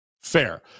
Fair